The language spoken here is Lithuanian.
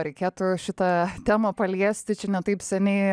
reikėtų šitą temą paliesti čia ne taip seniai